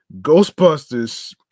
Ghostbusters